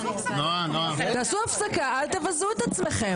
תעשו הפסקה, אל תבזו את עצמכם.